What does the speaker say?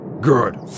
Good